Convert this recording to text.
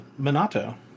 Minato